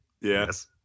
Yes